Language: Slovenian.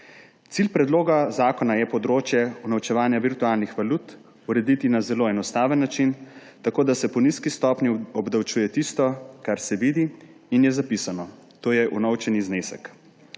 Cilj predloga zakona je področje unovčevanja virtualnih valut urediti na zelo enostaven način, tako, da se po nizki stopnji obdavčuje tisto, kar se vidi in je zapisano, to je unovčeni znesek.